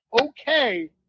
okay